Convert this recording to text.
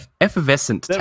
Effervescent